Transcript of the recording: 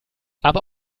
aber